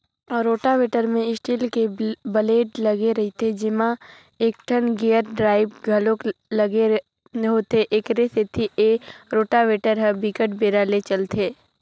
rotavator म steel के blade लगे रहिथे जेमा एकठन गेयर ड्राइव घलोक लगे होथे, एखरे सेती ए रोटावेटर ह बिकट बेरा ले चलथे